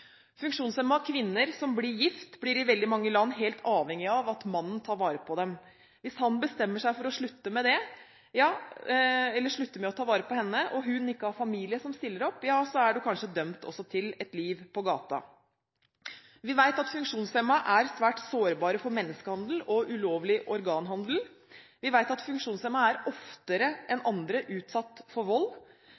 Funksjonshemmede kvinner som blir gift, blir i veldig mange land helt avhengig av at mannen tar vare på dem. Hvis han bestemmer seg for å slutte med å ta vare på henne, og hun ikke har familie som stiller opp, er hun kanskje dømt til et liv på gaten. Funksjonshemmede er svært sårbare for menneskehandel og ulovlig organhandel. Funksjonshemmede er oftere enn